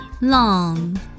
long